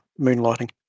moonlighting